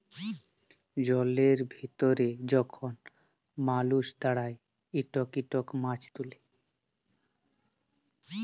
জলের ভিতরে যখল মালুস দাঁড়ায় ইকট ইকট মাছ তুলে